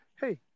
hey